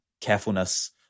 carefulness